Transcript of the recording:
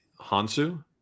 Hansu